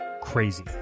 crazy